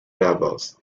rebels